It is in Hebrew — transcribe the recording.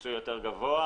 ביצוע יותר גבוה.